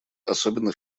особенно